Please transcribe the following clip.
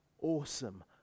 awesome